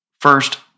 First